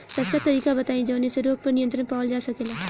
सस्ता तरीका बताई जवने से रोग पर नियंत्रण पावल जा सकेला?